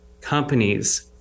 companies